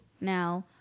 Now